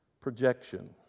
projection